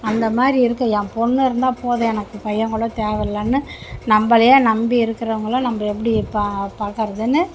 அந்தமாதிரி இருக்கு என் பொண்ணுருந்தால் போதும் எனக்கு பையன்கூட தேவையில்லன்னு நம்மளையே நம்பி இருக்கிறவங்கள நம்ம எப்படி பாக்கிறதுன்னு